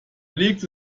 legte